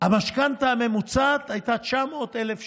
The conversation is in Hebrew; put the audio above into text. המשכנתה הממוצעת הייתה 900,000 שקל,